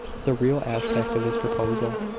the real aspect of his proposal,